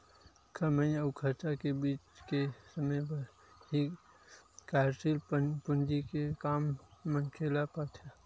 कमई अउ खरचा के बीच के समे बर ही कारयसील पूंजी के काम मनखे ल पड़थे